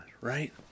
Right